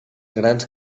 grans